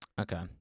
Okay